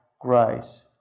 grace